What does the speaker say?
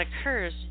occurs